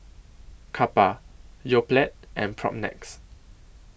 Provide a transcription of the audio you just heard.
Kappa Yoplait and Propnex